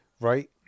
right